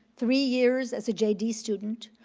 three years as a j d. student,